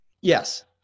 Yes